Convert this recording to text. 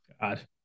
God